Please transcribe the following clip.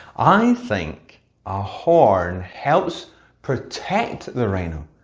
i think a horn helps protect the rhino,